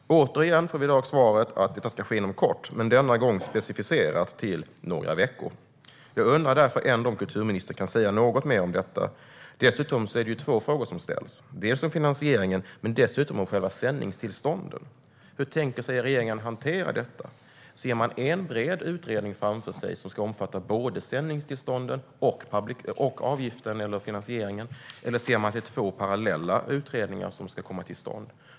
Återigen får vi i dag svaret att det ska ske inom kort, denna gång specificerat till "några veckor". Jag undrar därför ändå om kulturministern kan säga något mer om detta. Dessutom är det ju två olika frågor som ställs, dels om finansieringen, dels om själva sändningstillstånden. Hur tänker regeringen hantera detta? Ser man en bred utredning framför sig, som ska omfatta både sändningstillstånden och finansieringen, eller är det två parallella utredningar som ska komma till stånd?